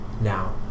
Now